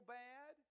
bad